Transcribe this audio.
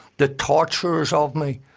the torturers of me,